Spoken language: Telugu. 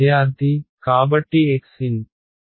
విద్యార్థి కాబట్టి xn